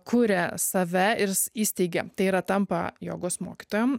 kuria save ir įsteigia tai yra tampa jogos mokytojom